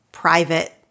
private